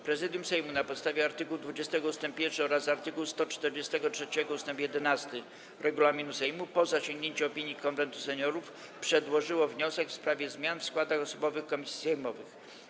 Prezydium Sejmu, na podstawie art. 20 ust. 1 oraz art. 143 ust. 11 regulaminu Sejmu, po zasięgnięciu opinii Konwentu Seniorów, przedłożyło wniosek w sprawie zmian w składach osobowych komisji sejmowych.